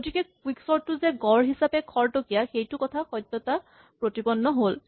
গতিকে ই কুইকচৰ্ট টো যে গড় হিচাপে খৰতকীয়া সেইকথাটোৰ সত্যতা প্ৰতিপন্ন কৰিলে